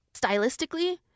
stylistically